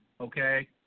Okay